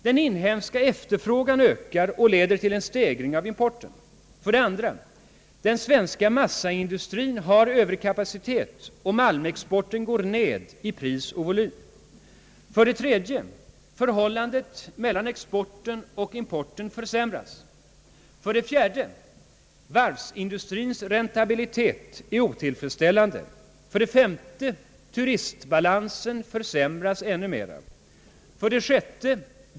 Den inhemska efterfrågan ökar och leder till en stegring av importen. 2. Den svenska massaindustrien har överkapacitet, och malmexporten går ned i både pris och volym. 3. Förhållandet mellan importen och exporten försämras. 5. Turistbalansen försämras ännu mera. 6.